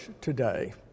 today